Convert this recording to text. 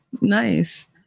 Nice